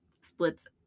Splits